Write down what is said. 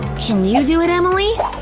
can you do it, emily?